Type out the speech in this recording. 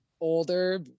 older